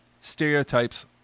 Stereotypes